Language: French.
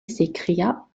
s’écria